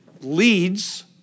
leads